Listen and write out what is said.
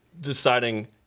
deciding